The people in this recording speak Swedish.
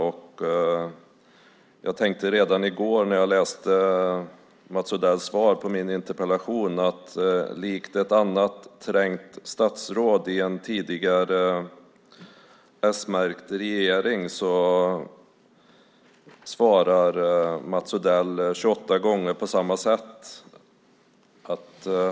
När jag redan i går läste Mats Odells svar på min interpellation tänkte jag att Mats Odell, likt ett annat trängt statsråd i en tidigare, s-märkt regering, svarar 28 gånger på samma sätt.